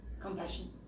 compassion